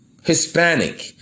Hispanic